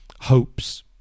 hopes